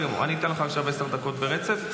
עכשיו עשר דקות ברצף.